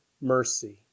mercy